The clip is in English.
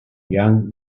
young